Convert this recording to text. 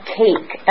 cake